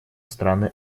страны